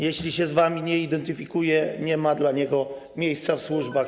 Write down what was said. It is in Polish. Jeśli się z wami nie identyfikuje, nie ma dla niego miejsca w służbach.